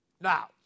Now